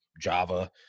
java